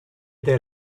their